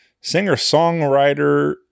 singer-songwriter